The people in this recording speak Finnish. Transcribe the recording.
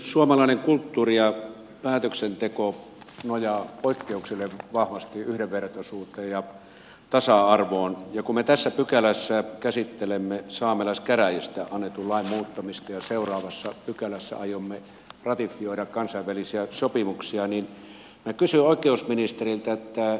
suomalainen kulttuuri ja päätöksenteko nojaavat poikkeuksellisen vahvasti yhdenvertaisuuteen ja tasa arvoon ja kun me tässä pykälässä käsittelemme saamelaiskäräjistä annetun lain muuttamista ja seuraavassa pykälässä aiomme ratifioida kansainvälisiä sopimuksia niin minä kysyn oikeusministeriltä